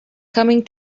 coming